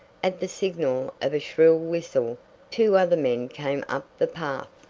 at the signal of a shrill whistle two other men came up the path.